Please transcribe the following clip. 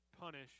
punish